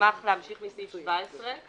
נשמח להמשיך מסעיף 17,